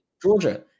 Georgia